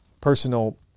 personal